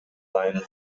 line